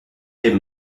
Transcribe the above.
les